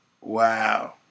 Wow